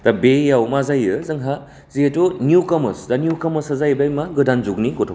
दा बेयाव मा जायो जोंहा जिहेथु निउकामार्स दा निउकामार्सा जाहैबाय मा गोदान जुगनि गथ'फोर